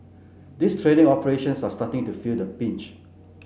these trading operations are starting to feel the beach